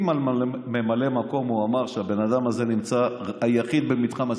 אם על ממלא מקום הוא אמר שהבן אדם הזה נמצא היחיד במתחם הסבירות,